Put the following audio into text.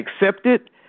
accepted